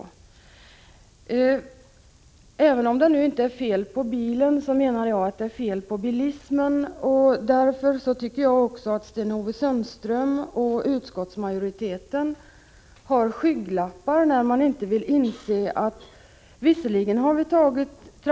Även om det inte är fel på bilen menar jag att det är fel på bilismen. Därför tycker jag att Sten-Ove Sundström och utskottsmajoriteten har skygglappar när de inte vill inse hur situationen i dag är.